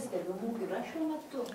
stebimų yra šiuo metu